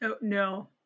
No